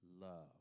love